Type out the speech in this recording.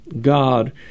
God